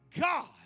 God